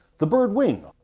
the bird wing,